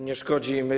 Nie szkodzi.